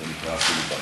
זה נקרא פיליבסטר.